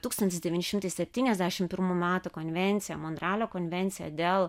tūkstantis devyni šimtai septyniasdešim pirmų metų konvencija monrealio konvencija dėl